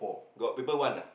got people one ah